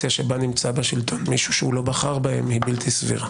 נמצא בשלטון מישהו שלא בחר בהם, בלתי סבירה.